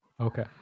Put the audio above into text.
Okay